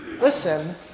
listen